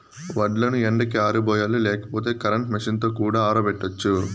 వడ్లను ఎండకి ఆరబోయాలి లేకపోతే కరెంట్ మెషీన్ తో కూడా ఆరబెట్టచ్చు